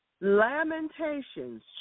Lamentations